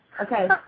Okay